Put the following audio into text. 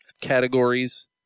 categories